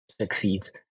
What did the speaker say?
succeeds